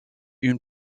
une